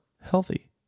healthy